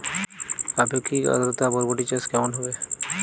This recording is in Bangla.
আপেক্ষিক আদ্রতা বরবটি চাষ কেমন হবে?